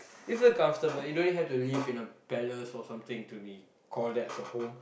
you're so comfortable you don't really have to live in a palace or something to be call that as a home